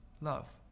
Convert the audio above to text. LOVE